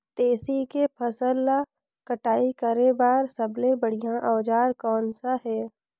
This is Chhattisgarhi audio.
तेसी के फसल ला कटाई करे बार सबले बढ़िया औजार कोन सा हे?